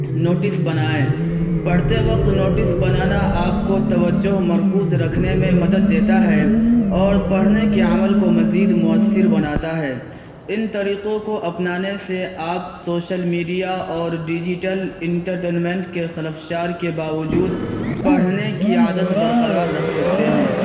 notice بنائیں پڑھتے وقت نوٹس بنانا آپ کو توجہ مرکوز رکھنے میں مدد دیتا ہے اور پڑھنے کے عمل کو مزید مؤثر بناتا ہے ان طریقوں کو اپنانے سے آپ سوشل میڈیا اور ڈیجٹل انٹرٹینمنٹ کے خلفشار کے باوجود پڑھنے کی عادت برقرار رکھ سکتے ہیں